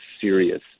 serious